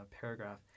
paragraph